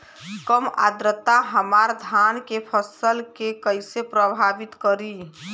कम आद्रता हमार धान के फसल के कइसे प्रभावित करी?